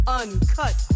uncut